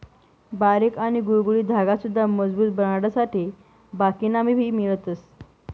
बारीक आणि गुळगुळीत धागा सुद्धा मजबूत बनाडासाठे बाकिना मा भी मिळवतस